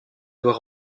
doit